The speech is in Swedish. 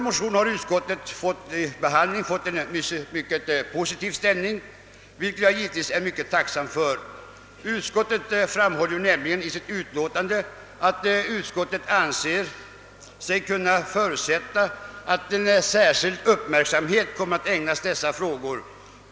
Motionen har rönt en positiv behandling av utskottet, och jag är givetvis tacksam för att utskottet i sin skrivning framhåller, att utskottet anser sig kunna förutsätta att särskild uppmärksamhet kommer att ägnas dessa frågor.